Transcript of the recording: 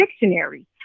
dictionary